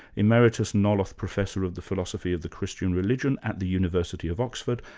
emeritus nolloth professor of the philosophy of the christian religion at the university of oxford,